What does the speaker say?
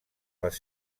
les